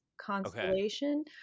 constellation